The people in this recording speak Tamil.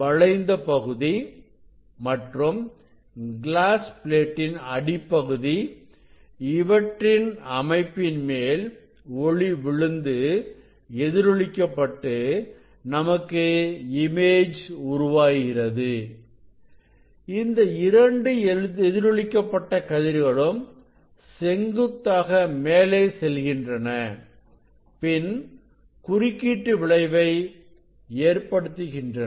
வளைந்த பகுதி மற்றும் கிளாஸ் பிளேட்டின் அடிப்பகுதி இவற்றின்அமைப்பின் மேல் ஒளி விழுந்து எதிரொலிக்க பட்டு நமக்கு இமேஜ் உருவாகிறது இந்த இரண்டு எதிரொலிக்க பட்ட கதிர்களும் செங்குத்தாக மேலே செல்கின்றன பின்குறுக்கீட்டு விளைவை ஏற்படுத்துகின்றன